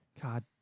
God